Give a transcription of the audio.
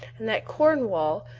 and that cornwall,